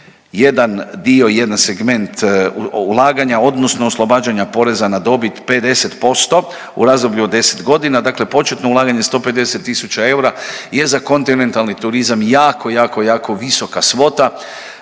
jedan dio, jedan segment ulaganja odnosno oslobađanja poreza na dobit 50% u razdoblju od 10.g., dakle početno ulaganje 150 tisuća eura je za kontinentalni turizam jako, jako, jako visoka svota,